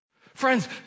Friends